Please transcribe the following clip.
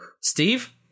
Steve